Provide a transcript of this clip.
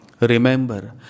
Remember